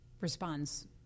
responds